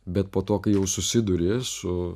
bet po to kai jau susiduri su